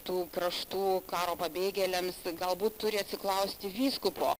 tų kraštų karo pabėgėliams galbūt turi atsiklausti vyskupo